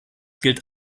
gilt